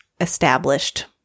established